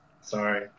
Sorry